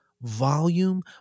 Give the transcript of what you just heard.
volume